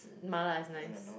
mala is nice